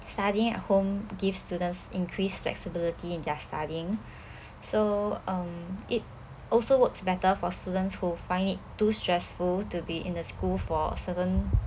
studying at home give students increased flexibility in their studying so um it also works better for students who find it too stressful to be in the school for seven